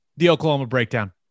theoklahomabreakdown